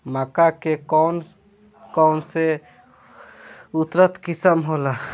मक्का के कौन कौनसे उन्नत किस्म होला?